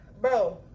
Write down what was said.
bro